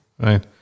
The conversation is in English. right